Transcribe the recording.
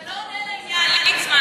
אתה לא עונה לעניין, ליצמן.